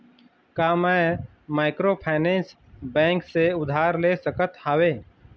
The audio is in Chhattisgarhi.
का मैं माइक्रोफाइनेंस बैंक से उधार ले सकत हावे?